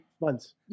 months